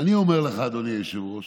אני אומר לך, אדוני היושב-ראש,